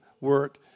work